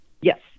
Yes